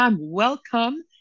Welcome